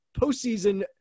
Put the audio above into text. postseason